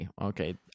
Okay